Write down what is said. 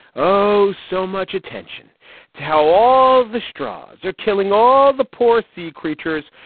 oh, so much attention to how all the straws are killing all the poor sea creatures.